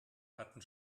hatten